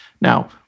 now